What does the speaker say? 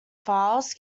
files